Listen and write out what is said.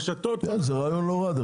כן, זה רעיון לא רע.